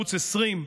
בערוץ 20,